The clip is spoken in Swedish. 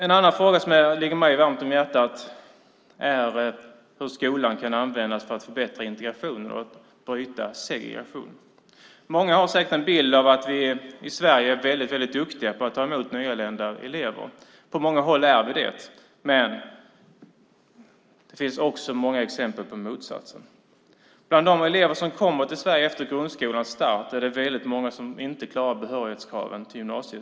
En annan fråga som ligger mig varmt om hjärtat är hur skolan kan användas för att förbättra integrationen och bryta segregationen. Många har säkert en bild av att vi i Sverige är väldigt duktiga på att ta emot nyanlända elever. På många håll är vi det, men det finns också många exempel på motsatsen. Bland de elever som kommer till Sverige efter grundskolans start är det väldigt många som inte klarar behörighetskraven till gymnasiet.